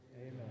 Amen